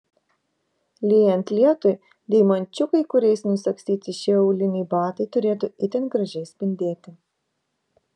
lyjant lietui deimančiukai kuriais nusagstyti šie auliniai batai turėtų itin gražiai spindėti